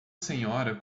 senhora